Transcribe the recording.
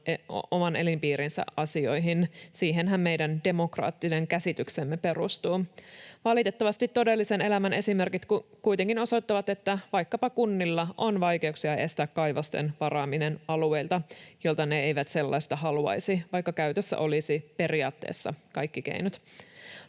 oman elinpiirinsä asioihin. Siihenhän meidän demokraattinen käsityksemme perustuu. Valitettavasti todellisen elämän esimerkit kuitenkin osoittavat, että vaikkapa kunnilla on vaikeuksia estää kaivosten varaaminen alueilta, joille ne eivät sellaista haluaisi, vaikka käytössä olisivat periaatteessa kaikki keinot.